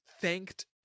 thanked